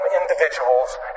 individuals